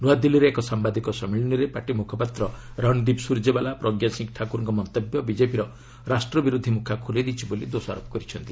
ନ୍ତଆଦିଲ୍ଲୀରେ ଏକ ସାମ୍ବାଦିକ ସମ୍ମିଳନୀରେ ପାର୍ଟି ମୁଖପାତ୍ର ରଣଦୀପ ସ୍ୱରଜେଓ୍ବାଲା ପ୍ରଜ୍ଞାସିଂହ ଠାକୁରଙ୍କ ମନ୍ତବ୍ୟ ବିଜେପିର ରାଷ୍ଟ୍ର ବିରୋଧୀ ମୁଖା ଖୋଲି ଦେଇଛି ବୋଲି ଦୋଷାରୋପ କରିଛନ୍ତି